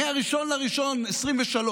מ-1 בינואר 2023,